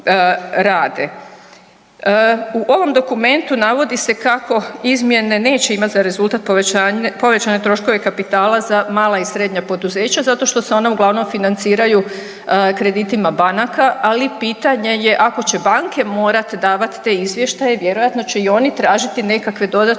U ovom dokumentu navodi se kako izmjene neće imati za rezultat povećane troškove kapitala za mala i srednja poduzeća zato što se ona uglavnom financiraju kreditima banaka, ali pitanje je ako će banke morat davat te izvještaje vjerojatno će i oni tražiti nekakve dodatne